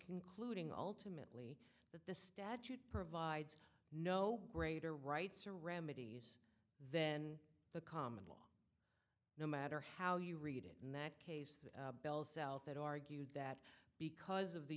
concluding ultimately the statute provides no greater rights or remedies then the common law no matter how you read it in that case the bell south that argued that because of the